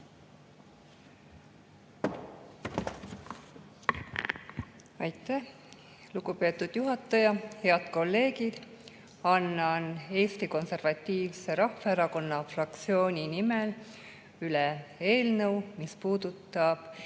Aitäh, lugupeetud juhataja! Head kolleegid! Annan Eesti Konservatiivse Rahvaerakonna fraktsiooni nimel üle eelnõu, mis puudutab